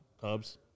Cubs